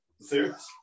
Serious